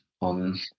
on